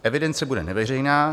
Evidence bude neveřejná.